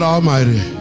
Almighty